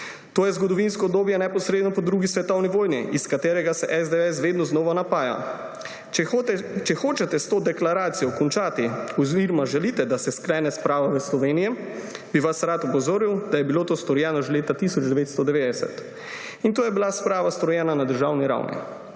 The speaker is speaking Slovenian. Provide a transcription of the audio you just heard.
To je zgodovinsko obdobje neposredno po drugi svetovni vojni, iz katerega se SDS vedno znova napaja. Če hočete s to deklaracijo končati oziroma želite, da se sklene sprava v Sloveniji, bi vas rad opozoril, da je bilo to storjeno že leta 1990. In to je bila sprava, storjena na državni ravni.